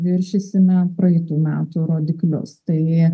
viršysime praeitų metų rodiklius tai